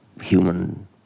human